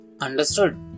understood